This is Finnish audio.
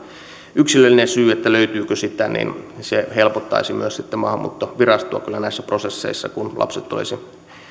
yksilöllinen syy löytyykö sitä se helpottaisi myös sitten maahanmuuttovirastoa kyllä näissä prosesseissa kun lapset olisi